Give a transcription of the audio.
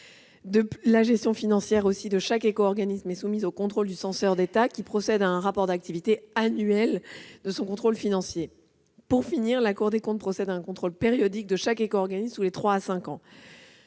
la gestion financière de chaque éco-organisme est soumise au contrôle du censeur d'État qui procède à un rapport d'activité annuel de son contrôle financier. Enfin, la Cour des comptes procède à un contrôle périodique de chaque éco-organisme tous les trois